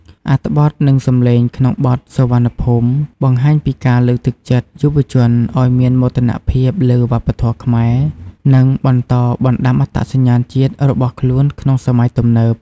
អត្ថបទនិងសម្លេងក្នុងបទ "សុវណ្ណភូមិ" បង្ហាញពីការលើកទឹកចិត្តយុវជនឲ្យមានមោទនភាពលើវប្បធម៌ខ្មែរ និងបន្តបណ្តាំអត្តសញ្ញាណជាតិរបស់ខ្លួនក្នុងសម័យទំនើប។